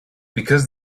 because